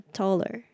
taller